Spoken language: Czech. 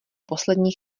poslední